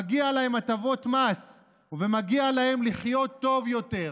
מגיע להם הטבות מס ומגיע להם לחיות טוב יותר.